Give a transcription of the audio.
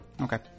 Okay